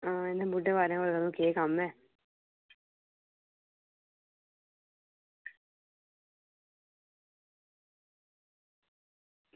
हून बुड्ढे बारै होर बी केह् कम्म ऐ